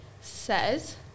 says